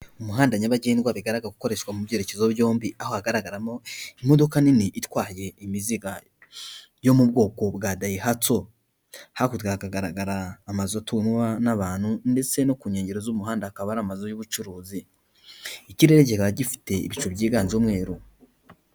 Umuhanda nyabagendwa, bigaragara ko ukoreshwa mu byerekezo byombi, aho hagaragaramo imodoka nini itwaye imizigo, yo mu bwoko bwa Dayihatso, hakurya hakagaragara amazu atuwemo n'abantu, ndetse no ku nkengero z'umuhanda, hakaba hari amazu y'ubucuruzi, ikirere kikaba gifite ibicu byiganjemo umweru.